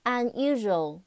Unusual